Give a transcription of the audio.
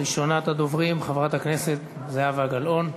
ראשונת הדוברים, חברת הכנסת זהבה גלאון.